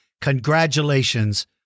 Congratulations